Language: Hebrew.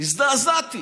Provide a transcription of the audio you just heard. הזדעזעתי